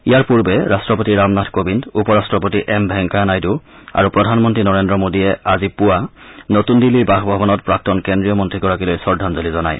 ইয়াৰ পূৰ্বে ৰট্ট্ৰপতি ৰামনাথ কোৱিন্দ উপ ৰাট্টপতি এম ভেংকায়া নাইডু আৰু প্ৰধানমন্ত্ৰী নৰেন্দ্ৰ মোডীয়ে আজি পুৱা নতুন দিল্লীৰ বাসভৱনত প্ৰাক্তন কেন্দ্ৰীয় মন্ত্ৰীগৰাকীলৈ শ্ৰদ্ধাঞ্জলি জনায়